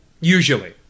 usually